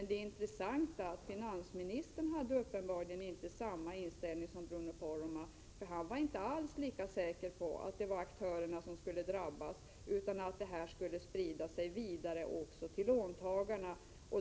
Det intressanta är att finansministern uppenbarligen inte hade samma uppfattning som Bruno Poromaa, för han var inte alls lika säker på att det bara var aktörerna som skulle drabbas. Han trodde att effekterna skulle sprida sig vidare också till låntagarna.